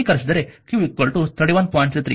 ಸರಳೀಕರಿಸಿದರೆ q 31